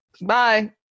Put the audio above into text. bye